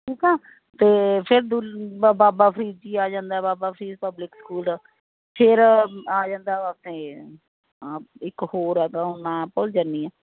ਠੀਕ ਆ ਤੇ ਫੇਰ ਦੁਲ ਬਾਬਾ ਫਰੀਦ ਜੀ ਆ ਜਾਂਦਾ ਬਾਬਾ ਫਰੀਦ ਪਬਲਿਕ ਸਕੂਲ ਫੇਰ ਆ ਜਾਂਦਾ ਉੱਥੇ ਇੱਕ ਹੋਰ ਹੈਗਾ ਉਹ ਨਾਂ ਭੁੱਲ ਜਾਨੀ ਆਂ